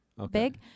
Big